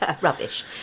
Rubbish